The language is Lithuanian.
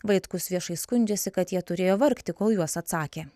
vaitkus viešai skundžiasi kad jie turėjo vargti kol juos atsakė